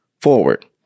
forward